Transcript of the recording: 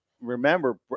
remember